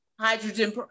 hydrogen